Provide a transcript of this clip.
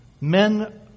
Men